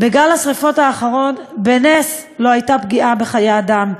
בגל השרפות האחרון בנס לא הייתה פגיעה בחיי אדם,